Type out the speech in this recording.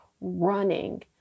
running